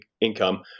income